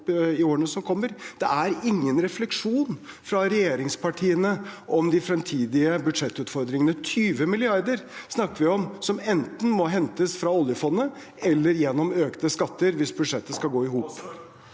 Det er ingen refleksjon fra regjeringspartiene om de fremtidige budsjettutfordringene. Vi snakker om 20 mrd. kr som enten må hentes fra oljefondet eller gjennom økte skatter, hvis budsjettet skal gå i hop.